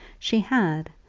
she had,